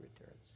returns